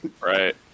Right